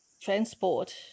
transport